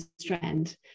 Strand